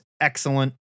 excellent